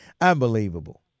unbelievable